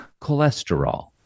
Cholesterol